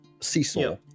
seesaw